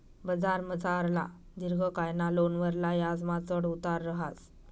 बजारमझारला दिर्घकायना लोनवरला याजमा चढ उतार रहास